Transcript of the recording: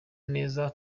neza